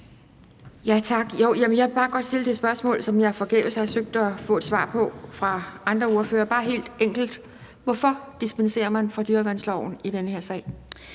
Jeg vil bare godt stille det spørgsmål, som jeg forgæves har forsøgt at få et svar på fra andre ordførere. Bare helt enkelt: Hvorfor dispenserer man fra dyreværnsloven i den her sag?